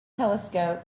telescope